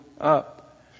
up